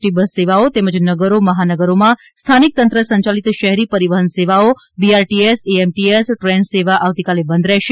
T bus સેવાઓ તેમજ નગરો મહાનગરોમાં સ્થાનિકતંત્ર સંચાલિત શહેરી પરિવહન સેવાઓ બીઆરટી એસ એએમટીએસ ટ્રેન સેવા આવતીકાલે બંધ રહેશે